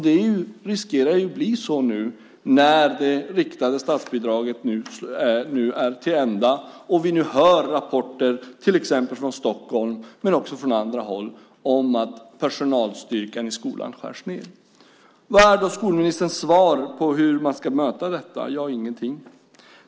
Det riskerar att bli så nu, när det riktade statsbidragets tid är till ända. Vi hör rapporter från Stockholm och andra håll om att personalstyrkan i skolan skärs ned. Vad är då skolministerns svar på hur man ska möta detta? Ingenting.